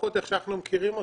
לפחות איך שאנחנו מכירים אותה,